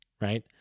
right